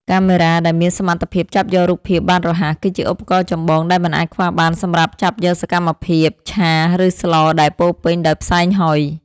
កាមេរ៉ាដែលមានសមត្ថភាពចាប់យករូបភាពបានរហ័ស គឺជាឧបករណ៍ចម្បងដែលមិនអាចខ្វះបានសម្រាប់ចាប់យកសកម្មភាពឆា ឬស្លដែលពោរពេញដោយផ្សែងហុយ។